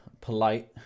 polite